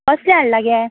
कसलें हाडला गे